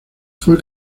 fue